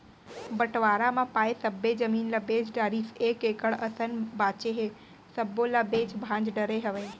बंटवारा म पाए सब्बे जमीन ल बेच डारिस एक एकड़ असन बांचे हे सब्बो ल बेंच भांज डरे हवय